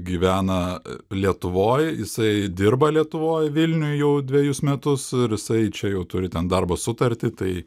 gyvena lietuvoj jisai dirba lietuvoj vilniuj jau dvejus metus ir jisai čia jau turi ten darbo sutartį tai